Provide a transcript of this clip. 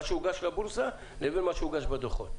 מה שהוגש לבורסה, לבין מה שהוגש בדוחות.